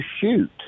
shoot